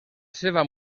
seva